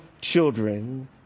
children